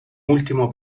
último